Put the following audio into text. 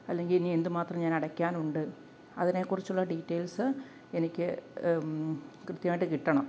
അല്ലെങ്കിൽ ഇനി എന്തുമാത്രം ഞാൻ അടയ്ക്കാനുണ്ട് അതിനെക്കുറിച്ചുള്ള ഡീറ്റൈൽസ് എനിക്ക് കൃത്യമായിട്ട് കിട്ടണം